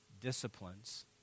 disciplines